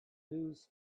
news